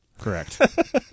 Correct